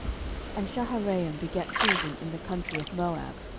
and shaharaim begat children in the country of moab,